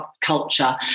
culture